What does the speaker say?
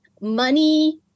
money